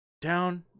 Down